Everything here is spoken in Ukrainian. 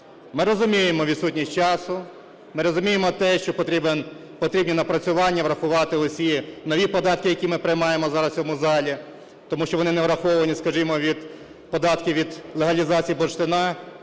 Ми розуміємо відсутність часу, ми розуміємо те, що потрібні напрацювання, врахувати всі нові податки, які ми приймаємо зараз в цьому залі, тому що вони не враховані, скажімо, податки від легалізації бурштину.